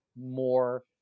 more